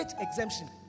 exemption